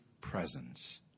presence